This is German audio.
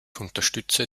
unterstütze